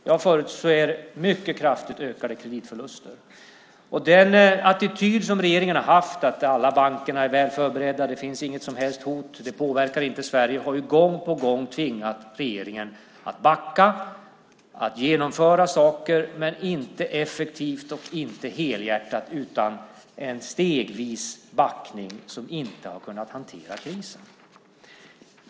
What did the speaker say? Jag förutser mycket kraftigt ökade kreditförluster. Den attityd som regeringen har haft, att alla banker är väl förberedda, att det inte finns något som helst hot, att Sverige inte är påverkat, har vi gång på gång tvingat regeringen att backa från och att genomföra saker. Men det har inte varit effektivt och inte helhjärtat utan en stegvis backning som inte har kunnat hantera krisen.